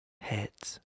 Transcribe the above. heads